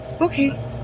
Okay